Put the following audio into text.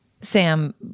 Sam